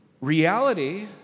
reality